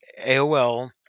aol